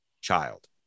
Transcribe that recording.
child